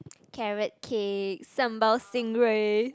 carrot cake sambal stingray